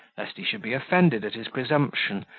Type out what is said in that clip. lest he should be offended at his presumption,